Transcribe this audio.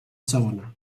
segona